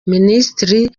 minisitiri